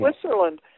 Switzerland